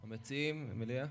המציעים, מליאה?